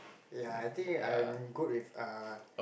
yea I think I'm good with uh